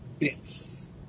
bits